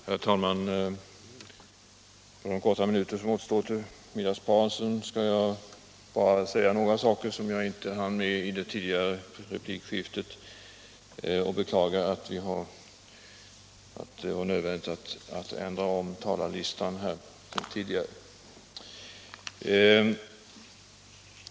Herr talman! På de få minuter som återstår till middagspausen skall jag bara säga några saker som jag inte hann med i det tidigare replikskiftet. Jag beklagar att det var nödvändigt att ändra på talarlistan.